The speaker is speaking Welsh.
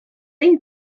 ein